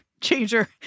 changer